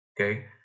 Okay